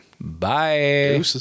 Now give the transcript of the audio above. Bye